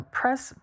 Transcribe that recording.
press